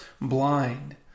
blind